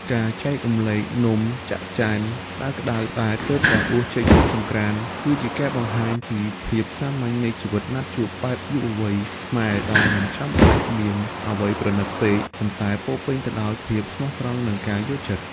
ការចែករំលែកនំច័ក្កច័នក្ដៅៗដែលទើបតែដួសចេញពីចង្ក្រាន គឺជាការបង្ហាញពីភាពសាមញ្ញនៃជីវិតណាត់ជួបបែបយុវវ័យខ្មែរ ដែលមិនចាំបាច់មានអ្វីប្រណីតពេក ប៉ុន្តែពោរពេញទៅដោយភាពស្មោះត្រង់ និងការយល់ចិត្ត។